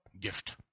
gift